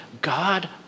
God